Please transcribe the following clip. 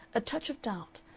a touch of doubt,